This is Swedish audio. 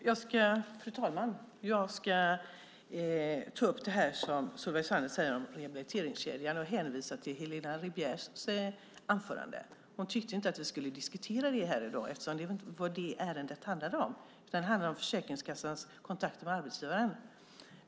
Fru talman! Jag ska ta upp det Solveig Zander säger om rehabiliteringskedjan och hänvisar till Helena Rivières anförande. Hon tyckte inte att vi skulle diskutera detta i dag eftersom ärendet inte handlar om det utan om Försäkringskassans kontakter med arbetsgivaren.